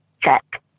check